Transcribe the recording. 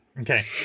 Okay